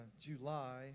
July